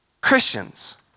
Christians